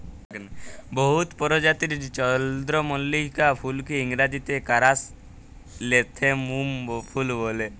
বহুত পরজাতির চল্দ্রমল্লিকা ফুলকে ইংরাজিতে কারাসলেথেমুম ফুল ব্যলে